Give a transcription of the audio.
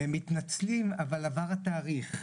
מתנצלים אבל כבר עבר התאריך,